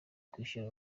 kwishyura